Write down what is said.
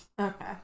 Okay